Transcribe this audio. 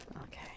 Okay